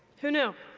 who knew?